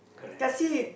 that's it